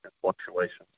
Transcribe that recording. fluctuations